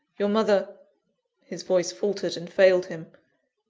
your mother his voice faltered and failed him.